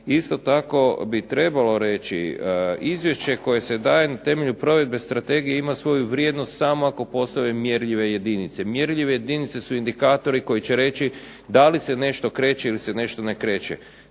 Isto tako bi trebalo reći, izvješće koje se daje na temelju provedbu Strategije ima svoju vrijednost samo ako postoje mjerljive jedinice. Mjerljive jedinice su indikatori koji će reći da li se nešto kreće ili se nešto ne kreće.